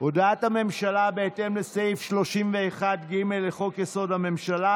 הודעת הממשלה בהתאם לסעיף 31(ג) לחוק-יסוד: הממשלה